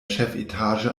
chefetage